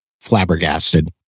flabbergasted